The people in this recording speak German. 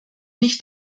nicht